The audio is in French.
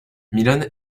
milon